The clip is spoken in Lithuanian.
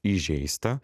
įžeist a